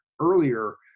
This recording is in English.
earlier